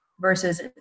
versus